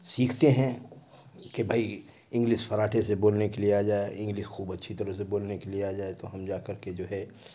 سیکھتے ہیں کہ بھئی انگلش فراٹے سے بولنے کے لیے آ جائے انگلش خوب اچھی طرح سے بولنے کے لیے آ جائے تو ہم جا کر کے جو ہے